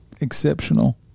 exceptional